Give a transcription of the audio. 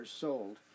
sold